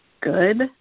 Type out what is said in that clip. good